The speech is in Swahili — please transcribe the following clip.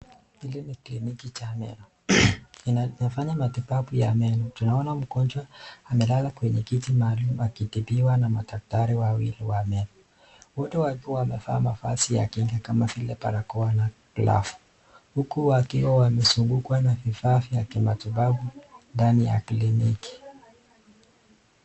Hili ni kliniki cha meno. Inafanya matibabu ya meno. Tunaona mgonjwa amelala kwenye kiti maalum akitibiwa na madaktari wawili wa meno, wote wakiwa wamevaa mavazi ya kinga kama vile barakoa na glavu huku wakiwa wamezungukwa na vifaa vya kimatibabu ndani ya kliniki.